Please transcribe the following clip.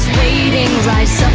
waiting rise